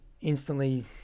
instantly